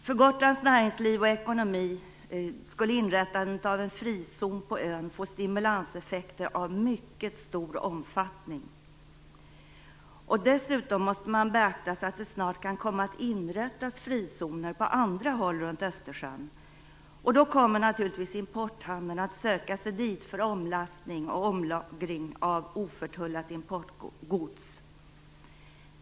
För Gotlands näringsliv och ekonomi skulle inrättandet av en frizon på ön få stimulanseffekter av mycket stor omfattning. Dessutom måste man beakta att det snart kan komma att inrättas frizoner på andra håll runt Östersjön. Då kommer naturligtvis importhandeln att söka sig dit för omlastning och omlagring av oförtullat importgods.